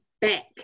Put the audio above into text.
back